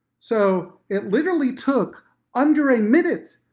so it literally took under a minute.